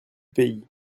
pays